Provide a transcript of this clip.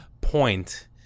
point